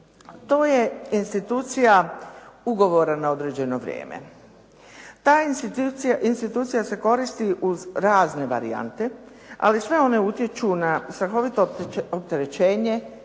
to je institucija ugovora na određeno na vrijeme. Ta institucija se koristi uz razne varijante, ali sve one utječu na strahovito opterećenje